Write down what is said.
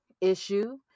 issue